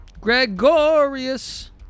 Gregorius